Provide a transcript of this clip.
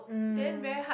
mm